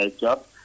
Job